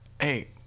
hey